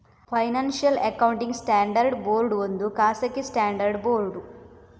financial accounting standards board ಒಂದು ಖಾಸಗಿ standard board